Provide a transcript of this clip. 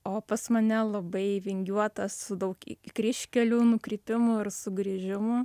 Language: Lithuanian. o pas mane labai vingiuotas su daug kryžkelių nukrypimų ir sugrįžimų